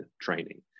training